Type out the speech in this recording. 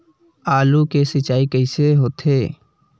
आलू के सिंचाई कइसे होथे?